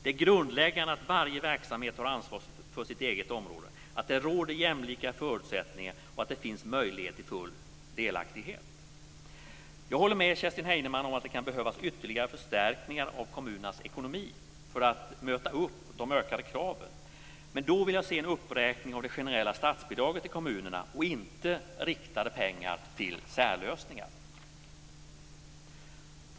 Det är grundläggande att varje verksamhet har ansvar för sitt eget område, att det råder jämlika förutsättningar och att det finns möjlighet till full delaktighet. Jag håller med Kerstin Heinemann om att kan behövas ytterligare förstärkningar av kommunernas ekonomi för att möta upp de ökade kraven. Men då vill jag se en uppräkning av det generella statsbidraget till kommunerna och inte riktade pengar till särlösningar.